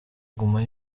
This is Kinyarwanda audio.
guma